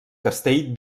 castell